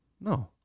No